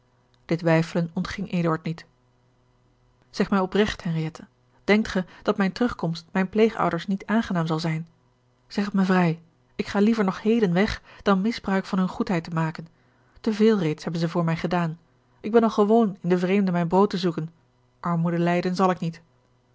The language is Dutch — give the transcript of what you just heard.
dit weifelen ontging eduard niet zeg mij opregt henriëtte denkt ge dat mijne terugkomst mijnen pleegouders niet aangenaam zal zijn zeg het mij vrij ik ga liever nog heden weg dan misbruik van hunne goedheid te maken te veel reeds hebben zij voor mij gedaan ik ben al gewoon in den vreemde mijn brood te zoeken armoede lijden zal ik niet